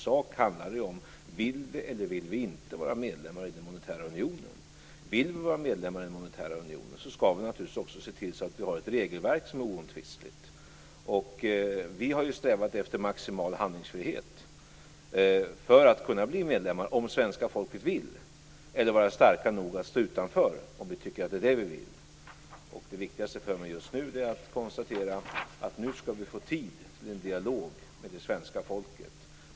Det är ju om vi vill vara medlemmar i den monetära unionen eller inte. Vill vi vara medlemmar i den monetära unionen skall vi naturligtvis också se till att vi har ett oomtvistligt regelverk. Vi har strävat efter maximal handlingsfrihet, så att vi kan bli medlemmar om svenska folket vill eller vara starka nog att stå utanför, om det är vad vi vill. Det viktigaste för mig just nu är att vi skall få tid för en dialog med det svenska folket.